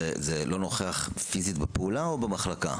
האם את מתכוונת ללא נוכח פיזית בפעולה או לא נוכח במחלקה?